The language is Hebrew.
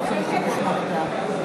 ההסתייגויות שמבקשות תוספת תקציב לא התקבלו.